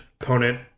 opponent